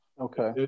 Okay